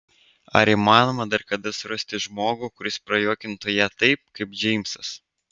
ar įmanoma dar kada surasti žmogų kuris prajuokintų ją taip kaip džeimsas